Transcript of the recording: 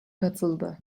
katıldı